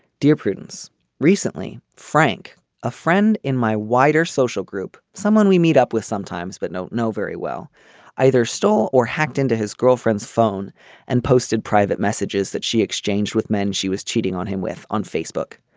dear prudence recently frank a friend in my wider social group someone we meet up with sometimes but no know very well either stole or hacked into his girlfriend's phone and posted private messages that she exchanged with men she was cheating on him with on facebook.